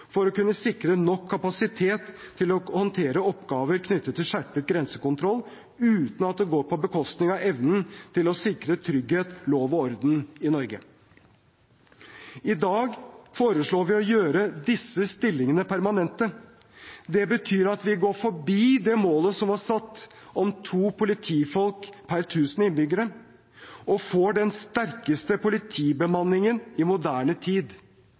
for å kunne sikre nok kapasitet til å håndtere oppgaver knyttet til skjerpet grensekontroll, uten at det går på bekostning av evnen til å sikre trygghet, lov og orden i Norge. I dag foreslår vi å gjøre disse stillingene permanente. Det betyr at vi går forbi det målet som var satt om to politifolk per tusen innbyggere, og vi får den sterkeste politibemanningen i moderne tid.